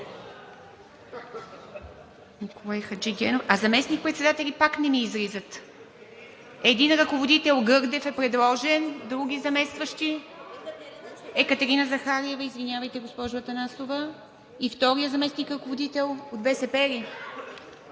а заместник-председатели? Пак не излизат. Един ръководител Гърдев е предложен – други заместващи? Екатерина Захариева, извинявайте, госпожо Атанасова, и вторият заместник-ръководител от БСП ли